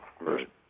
Right